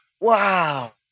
Wow